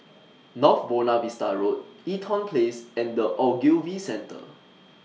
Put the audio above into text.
North Buona Vista Road Eaton Place and The Ogilvy Centre